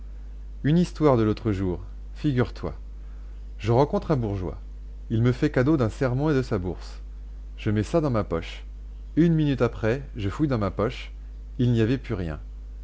une histoire de l'autre jour figure-toi je rencontre un bourgeois il me fait cadeau d'un sermon et de sa bourse je mets ça dans ma poche une minute après je fouille dans ma poche il n'y avait plus rien